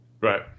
Right